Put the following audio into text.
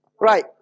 Right